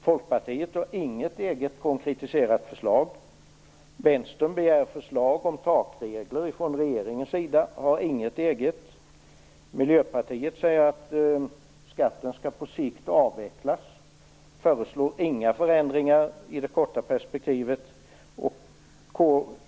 Folkpartiet har inget eget konkretiserat förslag. Vänstern begär förslag om takregler från regeringen och har inget eget förslag. Miljöpartiet säger att skatten på sikt skall avvecklas och föreslår inga förändringar i det korta perspektivet.